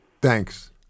Thanks